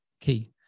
key